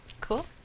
Cool